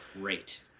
great